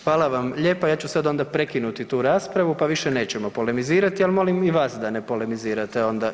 Hvala vam lijepa, ja ću sad onda prekinuti tu raspravu, pa više nećemo polemizirati, al molim i vas da ne polemizirate onda.